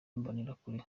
imbonerakure